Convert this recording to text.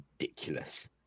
ridiculous